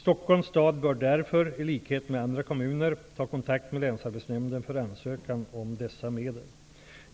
Stockholms stad bör därför, i likhet med andra kommuner, ta kontakt med länsarbetsnämnden för ansökan om dessa medel.